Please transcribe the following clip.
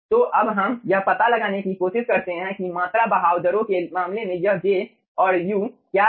तो अब हम यह पता लगाने की कोशिश करते हैं कि मात्रा बहाव दरों के मामले में यह j और u क्या है